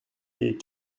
est